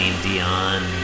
Dion